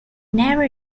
never